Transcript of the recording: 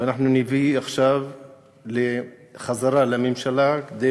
ואנחנו נביא את זה עכשיו חזרה לממשלה כדי